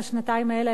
בשנתיים האלה,